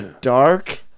Dark